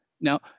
Now